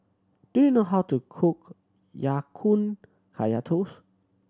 do you know how to cook Ya Kun Kaya Toast